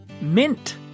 Mint